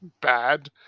bad